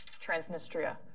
Transnistria